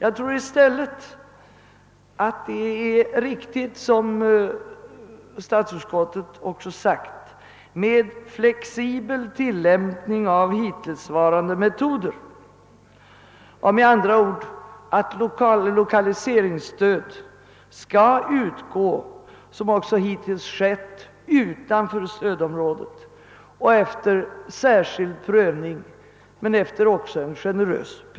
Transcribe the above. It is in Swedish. Jag tror i stället att det är riktigt, såsom statsutskottet också uttalat, att gå fram med flexibel tillämpning av hittillsvarande metoder. Lokaliseringsstöd skall alltså såsom hittills utgå också utanför stödområdet efter särskild prövning, som dock bör vara generös.